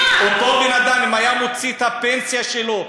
אם אותו בן-אדם היה מוציא את הפנסיה שלו,